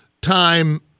time